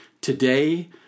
Today